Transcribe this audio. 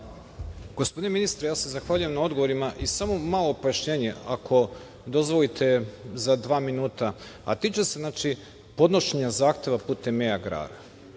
Gospodine ministre, ja se zahvaljujem na odgovorima i samo malo pojašnjenje ako dozvolite za dva minuta, a tiče se podnošenja zahteva putem e-Agrara. Ovde